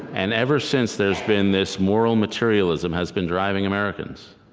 and ever since, there has been this moral materialism has been driving americans.